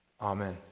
Amen